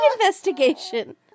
investigation